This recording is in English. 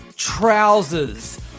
Trousers